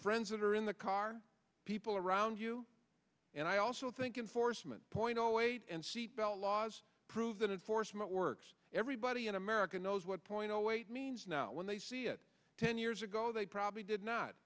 friends that are in the car people around you and i also think enforcement point zero eight and seatbelt laws prove that and for some it works everybody in america knows what point always means now when they see it ten years ago they probably did not